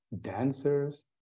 dancers